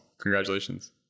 Congratulations